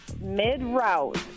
mid-route